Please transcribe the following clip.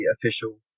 official